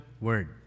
word